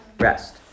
rest